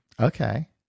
Okay